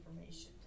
information